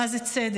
מה זה צדק,